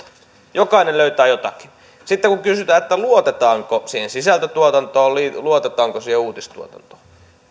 jokainen löytää jotakin sitten kun kysytään että luotetaanko siihen sisältötuotantoon luotetaanko siihen uutistuotantoon